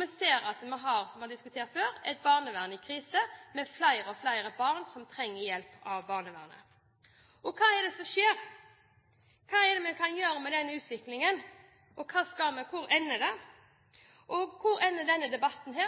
Vi ser – som vi har diskutert før – at vi har et barnevern i krise, med flere og flere barn som trenger hjelp av barnevernet. Hva er det som skjer, og hva kan vi gjøre med den utviklingen? Hvor skal vi, hvor ender det, og hvor ender denne debatten?